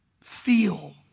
feel